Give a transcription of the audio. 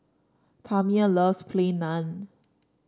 Tamia loves Plain Naan